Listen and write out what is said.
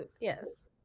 Yes